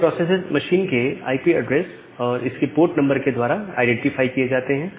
ये processes machine के IP address और इसके पोर्ट नंबर के द्वारा आईडेंटिफाई किए जाते हैं